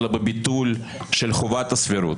אלא בביטול של חובת הסבירות,